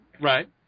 Right